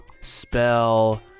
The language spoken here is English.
Spell